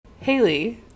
Haley